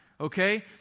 Okay